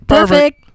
Perfect